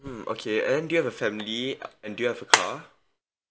mm okay and do you have a family and do you have a car